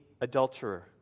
Adulterer